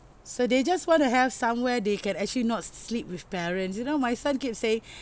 so they just wanna have somewhere they can actually not sleep with parents you know my son keeps saying